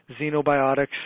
xenobiotics